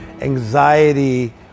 anxiety